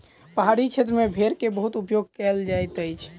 पहाड़ी क्षेत्र में भेड़ के बहुत उपयोग कयल जाइत अछि